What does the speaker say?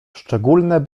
szczególne